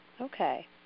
Okay